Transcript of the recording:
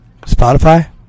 Spotify